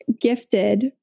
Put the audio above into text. gifted